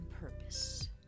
purpose